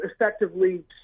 effectively